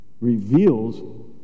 reveals